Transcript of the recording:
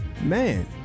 man